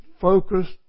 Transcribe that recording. focused